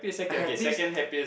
I have this